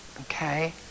Okay